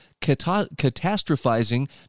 catastrophizing